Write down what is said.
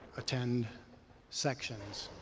attend sections,